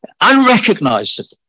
unrecognizable